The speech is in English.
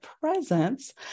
presence